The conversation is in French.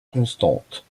constante